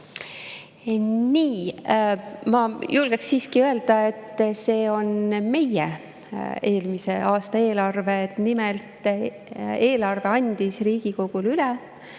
Nii. Ma julgeksin siiski öelda, et see on meie eelmise aasta eelarve. Nimelt, eelarve andis Riigikogule üle